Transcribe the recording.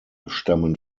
stammen